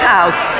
House